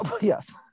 yes